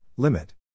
Limit